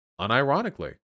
unironically